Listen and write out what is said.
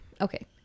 okay